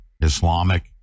Islamic